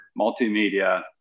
multimedia